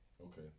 Okay